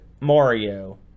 Mario